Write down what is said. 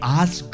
ask